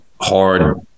hard